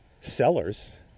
sellers